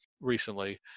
recently